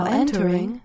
entering